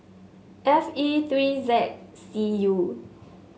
F E three Z C U